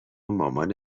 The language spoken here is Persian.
مامان